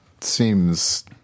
seems